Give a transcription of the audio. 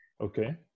Okay